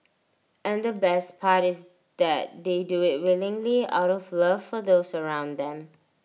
and the best part is that they do IT willingly out of love for those around them